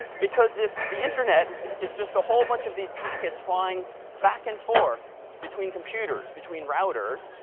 because if the internet is just a whole bunch of these packets flying back and forth between computers, between routers,